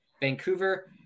Vancouver